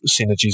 synergies